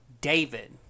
David